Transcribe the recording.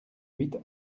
huit